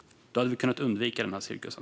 Då hade vi kunnat undvika den här cirkusen.